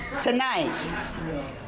Tonight